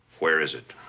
where is it?